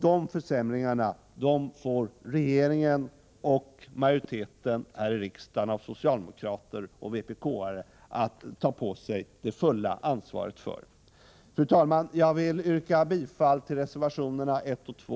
De försämringarna får regeringen och majoriteten här i riksdagen — socialdemokrater och vpk-are — ta på sig det fulla ansvaret för. Fru talman! Jag vill yrka bifall till reservationerna 1 och 2.